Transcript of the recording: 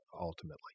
ultimately